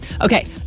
Okay